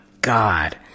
God